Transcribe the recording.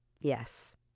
Yes